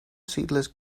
seedless